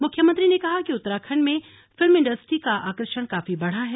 मुख्यमंत्री ने कहा कि उत्तराखण्ड में फिल्म इंडस्ट्री का आकर्षण काफी बढ़ा है